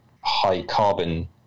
high-carbon